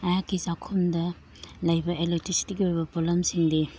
ꯑꯩꯍꯥꯛꯀꯤ ꯆꯥꯛꯈꯨꯝꯗ ꯂꯩꯕ ꯑꯦꯂꯦꯛꯇ꯭ꯔꯤꯁꯤꯇꯤꯒꯤ ꯑꯣꯏꯕ ꯄꯣꯠꯂꯝꯁꯤꯡꯗꯤ